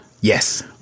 Yes